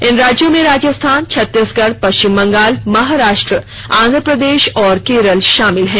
इन राज्यों में राजस्थान छतीसगढ़ पश्चिम बंगाल महाराष्ट्र आन्ध्र प्रदेश और केरल शामिल हैं